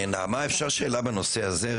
נעמה, אפשר שאלה בנושא הזה?